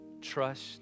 trust